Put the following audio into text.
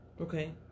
Okay